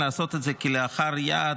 לעשות את זה כלאחר יד,